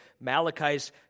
Malachi's